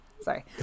sorry